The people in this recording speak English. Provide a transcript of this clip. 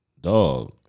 dog